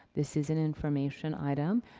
this is an information item.